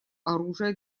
оружия